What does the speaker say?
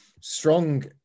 Strong